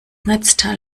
netzteil